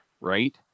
right